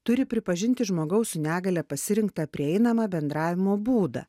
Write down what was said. turi pripažinti žmogaus su negalia pasirinktą prieinamą bendravimo būdą